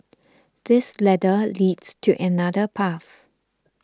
this ladder leads to another path